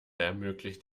ermöglicht